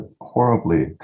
horribly